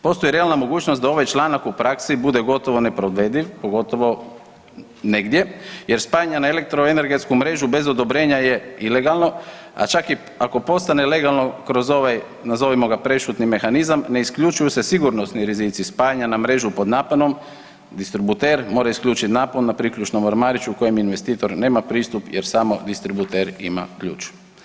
Postoji realna mogućnost da ovaj članak u praksi bude gotovo neprovediv, pogotovo negdje jer spajanje na elektroenergetsku mrežu bez odobrenja je ilegalno, a čak ako postane legalno kroz ovaj nazovimo ga prešutni mehanizam ne isključuju se sigurnosni rizici spajanja na mrežu pod naponom, distributer mora isključiti napon na priključnom ormariću kojem investitor nema pristup jer samo distributer ima ključ.